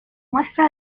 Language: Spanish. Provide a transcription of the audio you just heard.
muestra